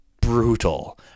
brutal